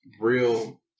real